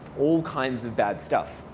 all kinds of bad stuff.